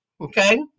okay